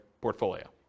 portfolio